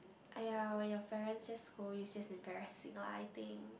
!aiya! when your parents just scold you you just embarrassing lah I think